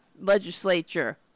legislature